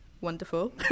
wonderful